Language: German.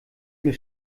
mir